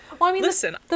Listen